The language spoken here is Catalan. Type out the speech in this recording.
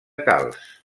calç